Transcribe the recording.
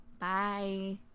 Bye